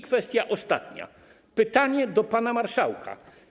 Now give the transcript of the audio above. Kwestia ostatnia - pytanie do pana marszałka.